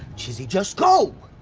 chizzy, just go!